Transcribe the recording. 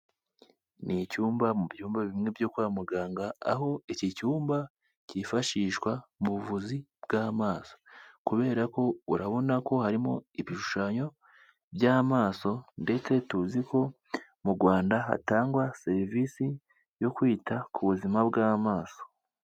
Ni icyuyumba mu byumba bimwe byo kwa muganga, aho iki cyumba kifashishwa mu buvuzi bw'amaso kubera ko urabona ko harimo ibishushanyo by'amaso, ndetse tuzi ko mu Rwanda hatangwa serivisi yo kwita ku buzima bw'amaso.